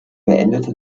beendete